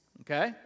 Okay